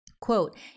Quote